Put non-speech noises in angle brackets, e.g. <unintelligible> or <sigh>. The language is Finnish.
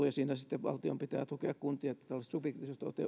<unintelligible> ja siinä sitten valtion pitää tukea kuntia että tällaiset subjektiiviset